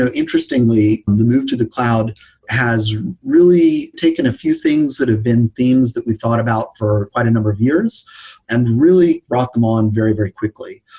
interestingly, move to the cloud has really taken a few things that have been themes that we've thought about for quite a number of years and really brought them on very, very quickly.